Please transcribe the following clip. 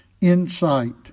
insight